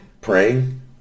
Praying